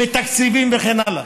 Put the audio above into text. ותקציבים וכן הלאה.